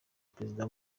perezida